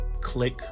Click